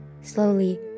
Slowly